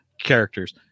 characters